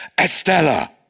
Estella